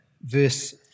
verse